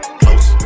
close